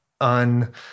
on